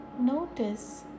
notice